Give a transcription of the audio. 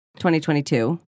2022